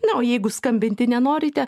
na o jeigu skambinti nenorite